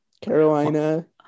Carolina